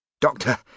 Doctor